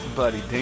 buddy